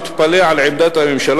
אני מתפלא על עמדת הממשלה,